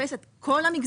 תופס את כל המגזרים.